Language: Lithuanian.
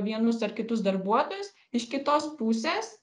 vienus ar kitus darbuotojus iš kitos pusės